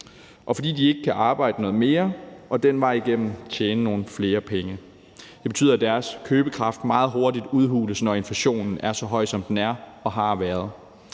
og fordi de ikke kan arbejde noget mere og den vej igennem tjene nogle flere penge. Det betyder, at deres købekraft meget hurtigt udhules, når inflationen er så høj, som den er og har været.